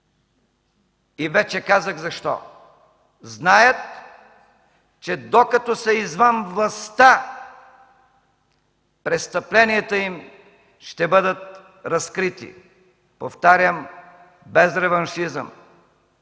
И вече казах защо – знаят, че докато са извън властта престъпленията им ще бъдат разкрити. Повтарям – без реваншизъм,